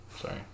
Sorry